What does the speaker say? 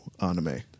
anime